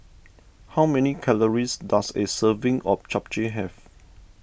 how many calories does a serving of Japchae have